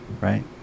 right